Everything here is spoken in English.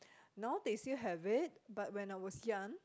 now they still have it but when I was young